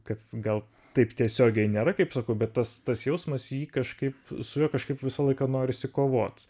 kad gal taip tiesiogiai nėra kaip sakau bet tas tas jausmas jį kažkaip su juo kažkaip visą laiką norisi kovot